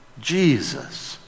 Jesus